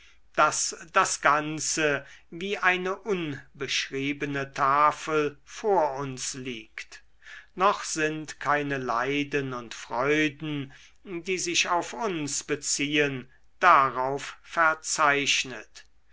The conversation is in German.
daß das ganze wie eine unbeschriebene tafel vor uns liegt noch sind keine leiden und freuden die sich auf uns beziehen darauf verzeichnet